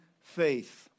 faith